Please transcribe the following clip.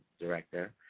director